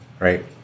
Right